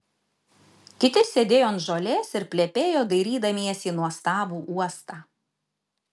kiti sėdėjo ant žolės ir plepėjo dairydamiesi į nuostabų uostą